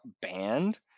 banned